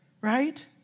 right